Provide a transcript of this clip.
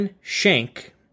Shank